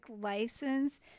license